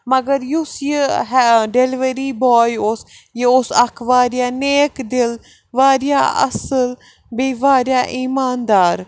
مگر یُس یہِ ڈیٚلؤری باے اوس یہِ اوس اکھ وارِیاہ نیک دِل وارِیاہ اصٕل بیٚیہِ وارِیاہ ایماندار